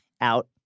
out